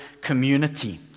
community